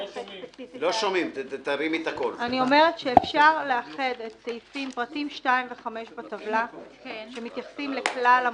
כלומר אפשר לאחד את פרטים 2 ו-5 בטבלה שמתייחסים לכלל המובילים,